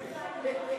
כן, אבל,